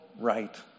right